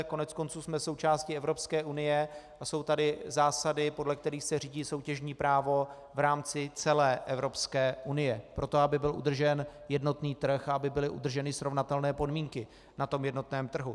Koneckonců jsme součástí Evropské unie a jsou tady zásady, podle kterých se řídí soutěžní právo v rámci celé Evropské unie proto, aby byl udržen jednotný trh a aby byly udrženy srovnatelné podmínky na tom jednotném trhu.